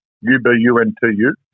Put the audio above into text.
U-B-U-N-T-U